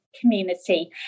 community